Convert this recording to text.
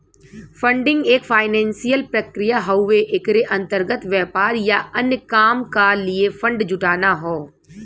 funding एक financial प्रक्रिया हउवे एकरे अंतर्गत व्यापार या अन्य काम क लिए फण्ड जुटाना हौ